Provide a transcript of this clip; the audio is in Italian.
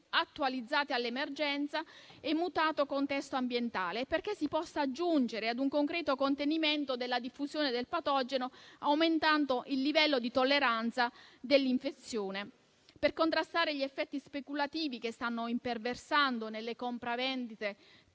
attualizzate all'emergenza e al mutato contesto ambientale, giungendo a un concreto contenimento della diffusione del patogeno e aumentando il livello di tolleranza dell'infezione. Per contrastare gli effetti speculativi che stanno imperversando nelle compravendite